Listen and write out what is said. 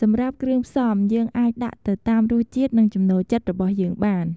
សម្រាប់គ្រឿងផ្សំ យើងអាចដាក់ទៅតាមរសជាតិនិងចំណូលចិត្តរបស់យើងបាន។